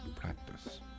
practice